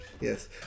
Yes